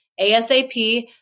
ASAP